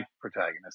protagonist